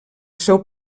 seu